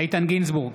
איתן גינזבורג,